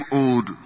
old